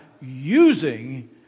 using